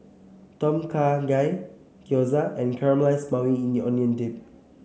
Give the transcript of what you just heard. Tom Kha Gai Gyoza and Caramelized Maui Onion Dip